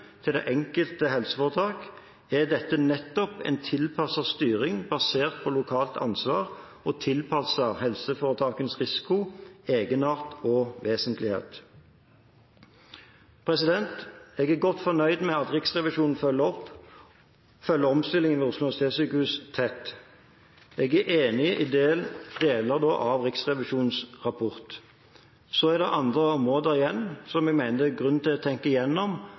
til det enkelte helseforetak, er dette nettopp en tilpasset styring basert på lokalt ansvar og tilpasset helseforetakets risiko, egenart og vesentlighet.» Jeg er godt fornøyd med at Riksrevisjonen følger omstillingene ved Oslo universitetssykehus tett. Jeg er enig i deler av Riksrevisjonens rapport. Så er det andre områder igjen hvor jeg mener det er grunn til å tenke